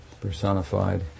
personified